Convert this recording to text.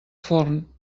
forn